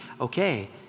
okay